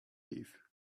eve